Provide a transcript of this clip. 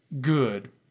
good